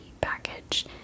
package